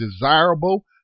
desirable